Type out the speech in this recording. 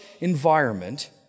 environment